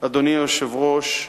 אדוני היושב-ראש,